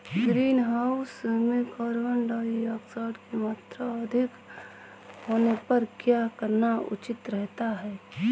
Greenhouse में carbon dioxide की मात्रा अधिक होने पर क्या करना उचित रहता है?